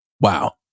wow